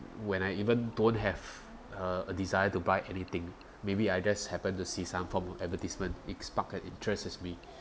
when I even don't have a a desire to buy anything maybe I just happen to see some from of advertisement it spark an interest is me